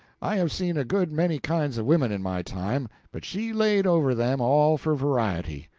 i have seen a good many kinds of women in my time, but she laid over them all for variety.